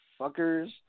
fuckers